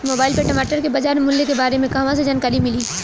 Mobile पर टमाटर के बजार मूल्य के बारे मे कहवा से जानकारी मिली?